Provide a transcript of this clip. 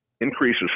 increases